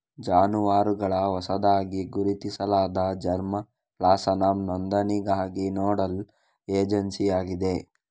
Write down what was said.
ಜಾನುವಾರುಗಳ ಹೊಸದಾಗಿ ಗುರುತಿಸಲಾದ ಜರ್ಮಾ ಪ್ಲಾಸಂನ ನೋಂದಣಿಗಾಗಿ ನೋಡಲ್ ಏಜೆನ್ಸಿಯಾಗಿದೆ